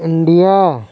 India